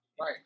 Right